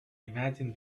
imagine